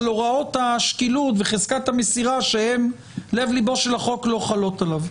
הוראות השקילות וחזקת המסירה שהם לב-ליבו של החוק לא חלות עליו.